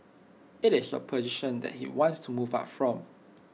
IT is A position that he wants to move up from